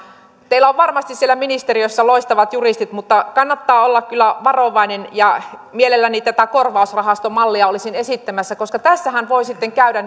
teillä on varmasti siellä ministeriössä loistavat juristit mutta kannattaa olla kyllä varovainen ja mielelläni tätä korvausrahastomallia olisin esittämässä koska tässähän voi sitten käydä